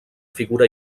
figura